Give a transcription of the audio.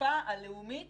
הדחיפה הלאומית